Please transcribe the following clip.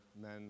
men